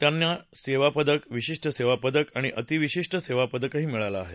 त्यांना सेवा पदक विशिष्ट सेवा पदक आणि अतिविशिष्ट सेवा पदकही मिळालं आहे